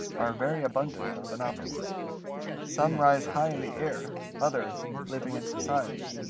are very abundant on the napo some rise high in the air others, living in societies,